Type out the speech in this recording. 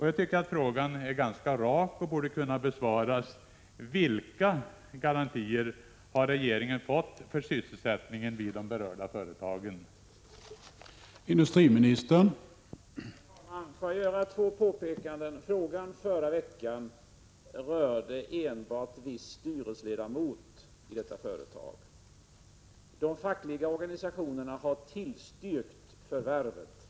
Jag tycker att min fråga är ganska rak och att den borde kunna besvaras: Vilka garantier för sysselsättningen vid de berörda företagen har regeringen fått?